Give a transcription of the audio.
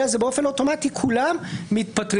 אלא באופן אוטומטי כולם מתפטרים.